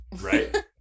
right